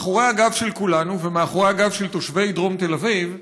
מאחורי הגב של כולנו ומאחורי הגב של תושבי דרום תל אביב,